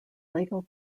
lego